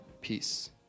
Peace